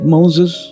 Moses